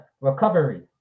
recovery